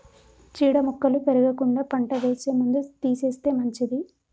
చీడ మొక్కలు పెరగకుండా పంట వేసే ముందు తీసేస్తే మంచిది